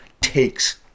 takes